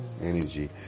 energy